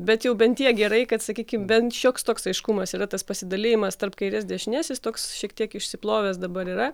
bet jau bent tiek gerai kad sakykim bent šioks toks aiškumas yra tas pasidalijimas tarp kairės dešinės jis toks šiek tiek išsiplovęs dabar yra